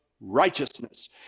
righteousness